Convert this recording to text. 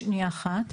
שנייה אחת.